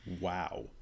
wow